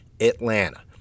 Atlanta